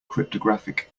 cryptographic